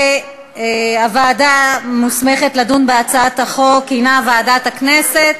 והוועדה המוסמכת לדון בהצעת החוק היא ועדת הכנסת.